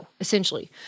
essentially